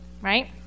right